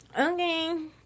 Okay